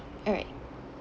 all right